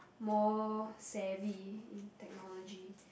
more savvy in technology